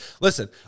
Listen